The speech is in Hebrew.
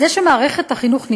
זה שמערכת החינוך,